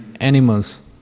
animals